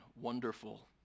wonderful